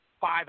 five